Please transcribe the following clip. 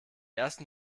ersten